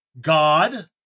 God